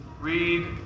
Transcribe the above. read